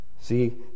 See